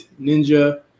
Ninja